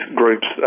groups